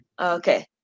okay